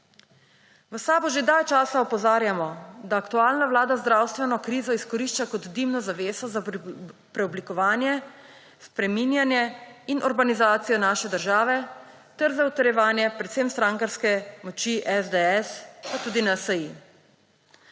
V SAB-u že dlje časa opozarjamo, da aktualna vlada zdravstveno krizo izkorišča kot dimno zaveso za preoblikovanje, spreminjanje in orbanizacijo naše države ter za utrjevanje predvsem strankarske moči SDS, pa tudi NSi.